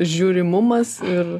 žiūrimumas ir